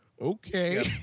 okay